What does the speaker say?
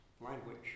Language